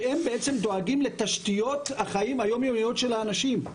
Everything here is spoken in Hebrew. שהם דואגים לתשתיות החיים היומיומיים של האנשים,